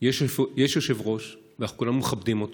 יש יושב-ראש, ואנחנו כולנו מכבדים אותו,